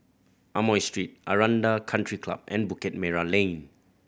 Amoy Street Aranda Country Club and Bukit Merah Lane